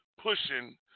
pushing